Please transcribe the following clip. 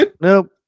nope